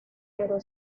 pero